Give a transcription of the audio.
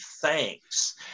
thanks